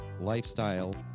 lifestyle